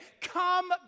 come